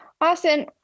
austin